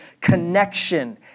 connection